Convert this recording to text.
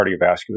cardiovascular